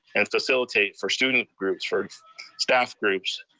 and facilitate for student groups, for staff groups,